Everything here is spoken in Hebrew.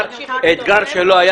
תודה.